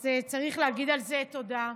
אז צריך להגיד על זה תודה.